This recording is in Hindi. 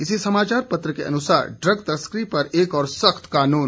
इसी समाचार पत्र के अनुसार ड्रग तस्करी पर और सख्त होगा कानून